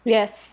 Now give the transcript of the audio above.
Yes